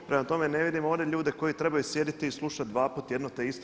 Prema tome, ne vidim ovdje ljude koji trebaju sjediti i slušati dvaput jedno te isto.